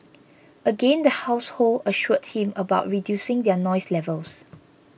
again the household assured him about reducing their noise levels